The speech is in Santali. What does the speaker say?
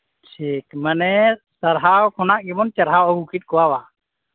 ᱴᱷᱤᱠ ᱢᱟᱱᱮ ᱥᱟᱨᱦᱟᱣ ᱠᱷᱚᱱᱟᱜ ᱜᱮᱵᱚᱱ ᱪᱟᱨᱦᱟᱣ ᱟᱹᱜᱩ ᱠᱮᱫ ᱠᱚᱣᱟ ᱵᱟᱝ